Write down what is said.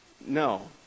No